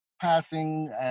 passing